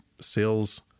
sales